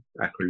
acrylic